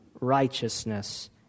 righteousness